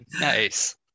nice